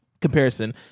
comparison